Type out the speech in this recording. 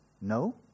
No